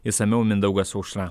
išsamiau mindaugas aušra